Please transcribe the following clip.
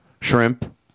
Shrimp